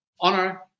honor